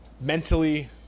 Mentally